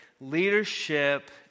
leadership